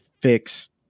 fix